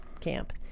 camp